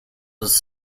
was